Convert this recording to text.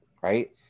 right